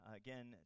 again